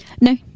No